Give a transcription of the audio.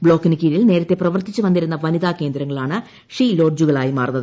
ബ്ലോക്കിന് കീഴിൽ നേരത്തെ പ്രവർത്തിച്ചു വന്നിരുന്ന വനിതാ കേന്ദ്രങ്ങളാണ് ഷീ ലോഡ്ജുകളായി മാറുന്നത്